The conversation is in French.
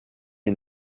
est